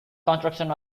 construction